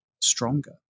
stronger